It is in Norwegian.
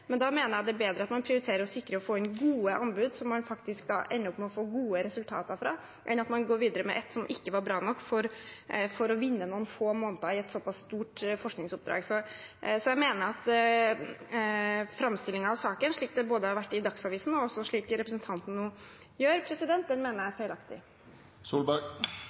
men da mener jeg det er bedre at man prioriterer å sikre å få inn gode anbud, som man faktisk ender opp med å få gode resultater fra, enn at man går videre med ett som ikke var bra nok for å vinne noen få måneder i et såpass stort forskningsoppdrag. Jeg mener at framstillingen av saken, både slik den har vært i Dagsavisen, og nå fra representanten, er feilaktig. Da er vi uenige om det. Jeg